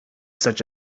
such